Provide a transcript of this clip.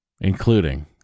including